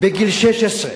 בגיל 16,